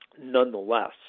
nonetheless